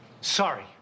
Sorry